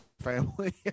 family